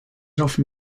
often